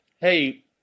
hey